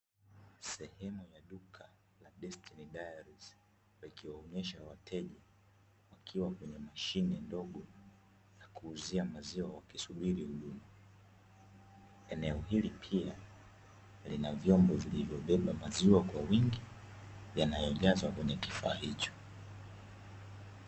Sehemu ya duka la "DESTINY DAIRIES" ikionyesha wateja wakiwa kwenye mashine ndogo ya kuuzia maziwa ukisubiri huduma. Eneo hili pia linavyombo vilivyobeba maziwa kwa wingi yanayojazwa kwenye kifaa hicho.